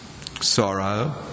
sorrow